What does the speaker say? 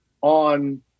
on